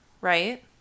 right